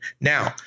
Now